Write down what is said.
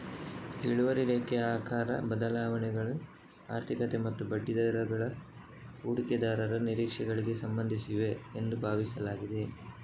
ಇಳುವರಿ ರೇಖೆಯ ಆಕಾರ ಬದಲಾವಣೆಗಳು ಆರ್ಥಿಕತೆ ಮತ್ತು ಬಡ್ಡಿದರಗಳ ಹೂಡಿಕೆದಾರರ ನಿರೀಕ್ಷೆಗಳಿಗೆ ಸಂಬಂಧಿಸಿವೆ ಎಂದು ಭಾವಿಸಲಾಗಿದೆ